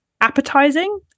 appetizing